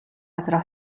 газраа